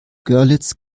görlitz